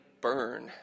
burn